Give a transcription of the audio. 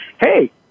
hey